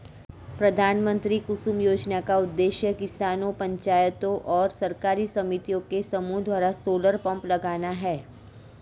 प्रधानमंत्री कुसुम योजना का उद्देश्य किसानों पंचायतों और सरकारी समितियों के समूह द्वारा सोलर पंप लगाना है